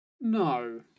No